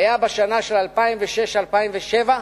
היתה השנה של 2006 2007,